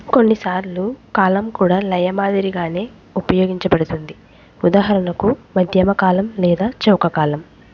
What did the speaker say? కొన్నిసార్లు కాలం కూడా లయ మాదిరిగానే ఉపయోగించబడుతుంది ఉదాహరణకు మధ్యమ కాలం లేదా చౌక కాలం